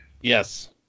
yes